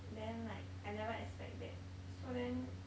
then like I never expect that so then